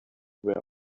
were